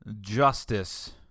justice